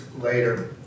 later